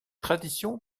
tradition